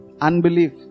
Unbelief